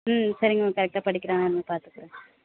ம் சரிங்க மேம் கரெக்டாக படிக்கிறானான்னு பார்த்துக்குறேன்